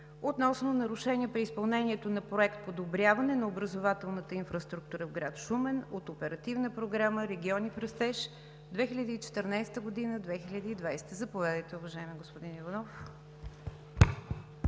относно нарушения при изпълнението на Проект „Подобряване на образователната инфраструктура в град Шумен“ от Оперативна програма „Региони в растеж 2014 – 2020“. Заповядайте, уважаеми господин Иванов.